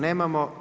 Nemamo.